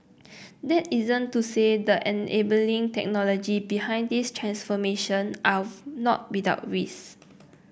that isn't to say the enabling technologies behind these transformation are not without risk